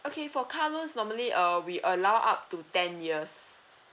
okay for car loans normally uh we allow up to ten years